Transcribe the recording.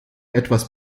etwas